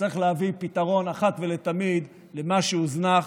שצריך להביא פתרון אחת ולתמיד למה שהוזנח,